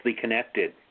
connected